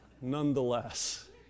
nonetheless